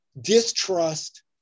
distrust